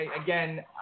Again